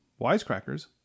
wisecrackers